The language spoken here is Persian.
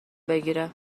بگیره